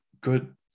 Good